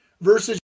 Versus